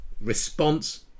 response